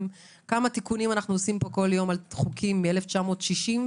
כמה תיקונים אנו עושים פה כל יום מלפני עשורים.